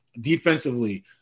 defensively